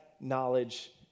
knowledge